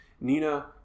Nina